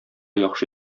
яхшы